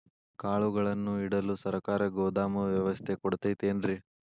ಕಾಳುಗಳನ್ನುಇಡಲು ಸರಕಾರ ಗೋದಾಮು ವ್ಯವಸ್ಥೆ ಕೊಡತೈತೇನ್ರಿ?